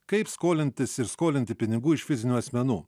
kaip skolintis ir skolinti pinigų iš fizinių asmenų